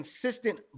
consistent